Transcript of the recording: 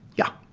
yeah.